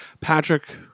Patrick